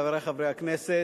חברי חברי הכנסת,